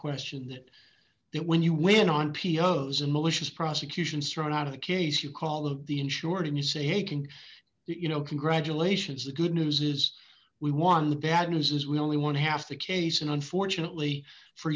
question that that when you win on pianos a malicious prosecution strode out of the case you call of the insured and you say hey can you know congratulations the good news is we won the bad news is we only one half the case and unfortunately for